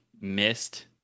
missed